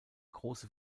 große